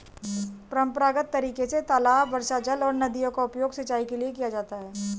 परम्परागत तरीके से तालाब, वर्षाजल और नदियों का उपयोग सिंचाई के लिए किया जाता है